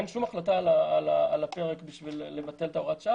אין שום החלטה על הפרק בשביל לבטל את הוראת השעה.